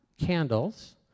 candles